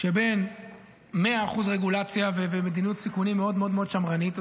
שבין 100% רגולציה ומדיניות סיכונים מאוד מאוד מאוד שמרנית.